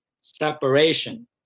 separation